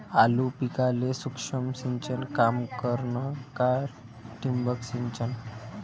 आलू पिकाले सूक्ष्म सिंचन काम करन का ठिबक सिंचन?